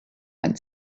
went